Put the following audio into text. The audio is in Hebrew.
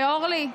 ואורלי,